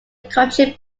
country